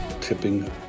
Tipping